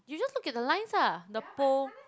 you just look at the lines lah the pole